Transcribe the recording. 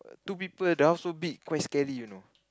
two people that one so big quite scary you know